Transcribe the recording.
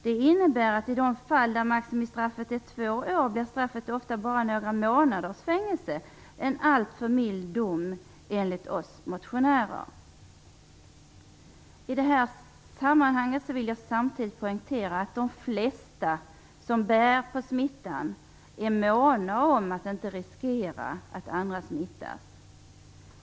Det innebär att i de fall där maximistraffet är två år blir straffet ofta bara några månaders fängelse - en alltför mild dom enligt oss motionärer. I detta sammanhang vill jag samtidigt poängtera att de flesta som bär på smittan är måna om att inte riskera att andra smittas.